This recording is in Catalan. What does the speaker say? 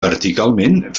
verticalment